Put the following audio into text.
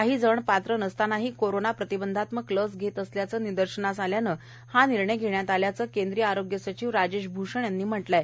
काही जण पात्र नसतानाही कोरोना प्रतिबंधात्मक लस घेत असल्याचे निर्दशनास आल्याने हा निर्णय घेतला असल्याच केंद्रीय आरोग्य सचिव राजेश भूषण यांनी म्हटलं आहे